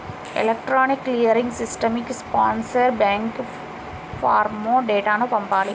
electronic clearing సిస్టమ్కి sponsor bank ఫారమ్లో డేటాను పంపాలి